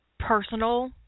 personal